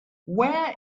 where